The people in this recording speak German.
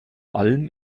allem